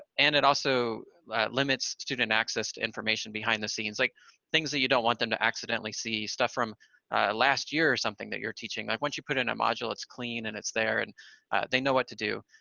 and it also limits student access to information behind the scenes. like things that you don't want them to accidentally see. stuff from last year or something that you're teaching. like once you put in a module it's clean, and it's there, and they know what to do.